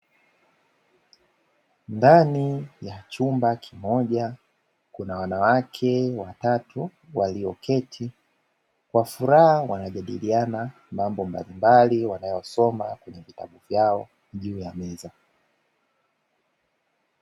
Ndani ya chumba kimoja kuna wanawake watatu walioketi kwa furaha wanajadiliana mambo mbalimbali wanayosoma kwenye vitabu vyao juu ya meza.